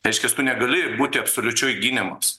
reiškias tu negali būti absoliučioj gynemams